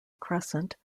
crescent